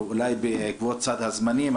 אולי בעקבות סד הזמנים,